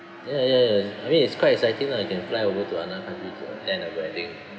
ya ya ya ya I mean it's quite exciting lah you can fly over to another county to attend a wedding